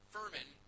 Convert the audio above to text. Furman